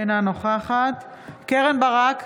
אינה נוכחת קרן ברק,